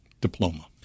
diploma